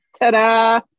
Ta-da